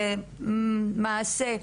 זה מעשה.